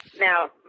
now